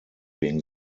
wegen